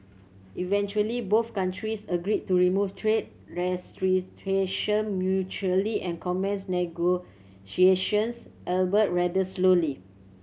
eventually both countries agreed to remove trade restrictions mutually and commence negotiations albeit rather slowly